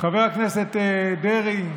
חבר הכנסת דרעי,